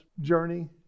journey